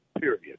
Period